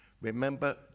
remember